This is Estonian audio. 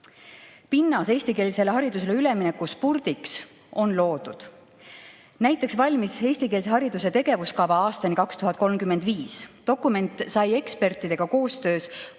Pinnas eestikeelsele haridusele ülemineku spurdiks on loodud. Näiteks valmis eestikeelse hariduse tegevuskava aastani 2035. Dokument sai ekspertidega koostöös